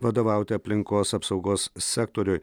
vadovauti aplinkos apsaugos sektoriui